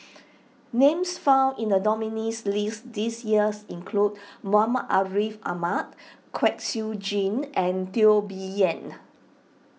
names found in the nominees' list this years include Muhammad Ariff Ahmad Kwek Siew Jin and Teo Bee Yen